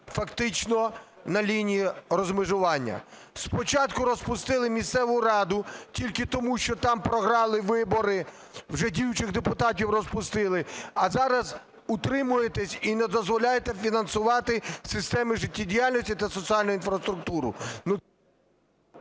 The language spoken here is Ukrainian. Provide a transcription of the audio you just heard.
фактично на лінії розмежування. Спочатку розпустили місцеву раду тільки тому, що там програли вибори, вже діючих депутатів розпустили, а зараз утримуєтеся і не дозволяєте фінансувати системи життєдіяльності та соціальну інфраструктуру.